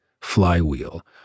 flywheel